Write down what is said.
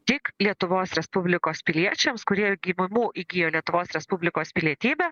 tik lietuvos respublikos piliečiams kurie gimimu įgijo lietuvos respublikos pilietybę